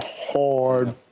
hard